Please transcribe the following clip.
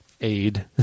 aid